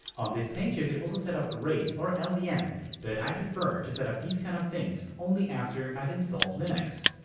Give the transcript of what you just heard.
on this page you could also set up a raid or lvm yeah um but i prefer to set up these kind of things only after i've installed linux.